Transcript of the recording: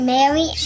Mary